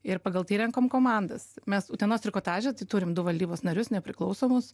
ir pagal tai renkam komandas mes utenos trikotaže turim du valdybos narius nepriklausomus